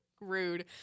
Rude